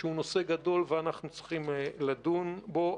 שהוא נושא גדול ואנחנו צריכים לדון בו.